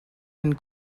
and